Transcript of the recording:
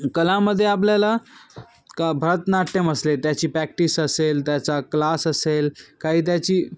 कलामध्ये आपल्याला का भरतनाट्यम असेल त्याची पॅक्टिस असेल त्याचा क्लास असेल काही त्याची